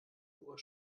uhr